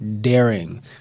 daring